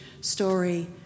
story